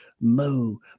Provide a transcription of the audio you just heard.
Mo